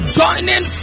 joining